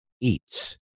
eats